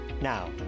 Now